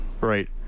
Right